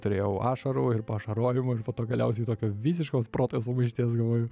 turėjau ašarų ir po ašarojimo ir po to galiausiai tokios visiškos proto sumaišties galvoju